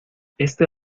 este